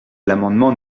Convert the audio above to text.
l’amendement